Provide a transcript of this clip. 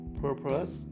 purpose